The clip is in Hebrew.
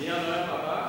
מי הנואם הבא?